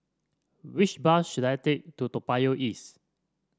which bus should I take to Toa Payoh East